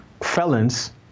felons